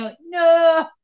No